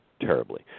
terribly